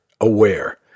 Aware